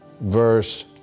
Verse